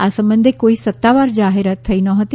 આ સંબંધે કોઈ સત્તાવાર જાહેરાત થઈ નહતી